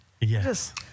Yes